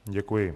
Děkuji.